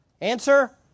Answer